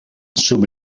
sub